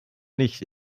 nicht